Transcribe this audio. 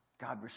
God